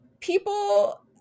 people